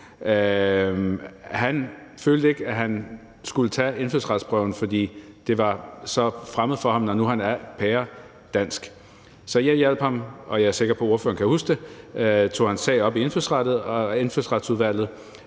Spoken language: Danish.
Han følte ikke, at han skulle tage indfødsretsprøven, fordi det var så fremmed for ham, når nu han er pæredansk. Så jeg hjalp ham – og jeg er sikker på, at ordføreren kan huske det – og tog han sag op i Indfødsretsudvalget.